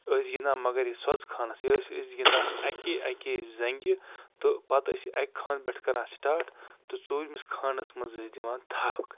ٲسۍ گِنٛدان مگر یہِ سۄژٕ خانَس یہِ ٲسۍ أسۍ گِنٛدان اَکے اَکے زنٛگہِ تہٕ پتہٕ ٲسۍ یہِ اَکہِ خانہٕ پٮ۪ٹھ کَران سِٹاٹ تہٕ ژوٗرمِس خانَس منٛز ٲسۍ دِوان تھَکھ